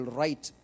right